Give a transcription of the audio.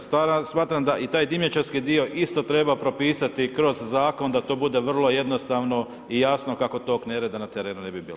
Smatram da i taj dimnjačarski dio isto treba propisati kroz zakon, da to bude vrlo jednostavno i jasno kako tog nereda na terenu ne bi bilo.